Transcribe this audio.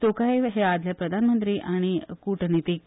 तोक़ायेव हे आदले प्रधानमंत्री आनी कूटनितीक